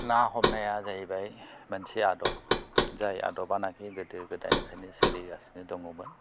ना हमनाया जाहैबाय मोनसे आदब जाय आदबा नाखि गोदो गोदायनिफ्रायनो सोलिगासिनो दङमोन